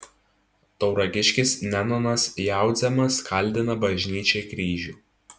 tauragiškis nenonas jaudzemas kaldina bažnyčiai kryžių